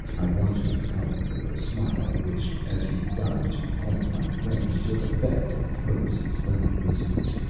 i watched him coming with a smile which, as he got into point-blank range, took effect and froze his very whiskers.